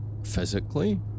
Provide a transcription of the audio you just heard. physically